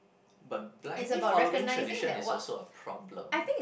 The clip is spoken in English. but blindly following tradition is also a problem